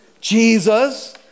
Jesus